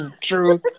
true